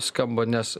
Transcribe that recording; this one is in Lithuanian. skamba nes